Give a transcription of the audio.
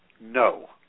no